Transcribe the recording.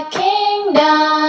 kingdom